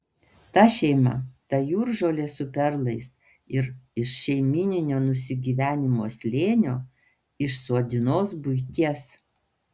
ta šeima ta jūržolė su perlais ir iš šeimyninio nusigyvenimo slėnio iš suodinos buities